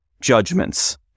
judgments